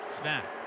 Snap